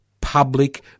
public